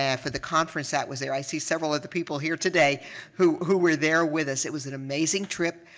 yeah for the conference that was there. i see several of the people here today who who were there with us. it was an amazing trip.